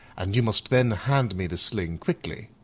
and you must then hand me the sling quickly.